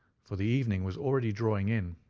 for the evening was already drawing in.